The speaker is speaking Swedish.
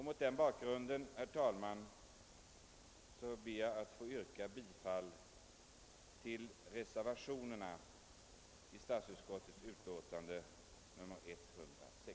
Med den motiveringen ber jag, herr talman, att få yrka bifall till de reservationer som är fogade vid statsutskottets utlåtande nr 106.